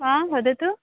हा वदतु